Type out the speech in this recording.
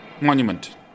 monument